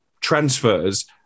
transfers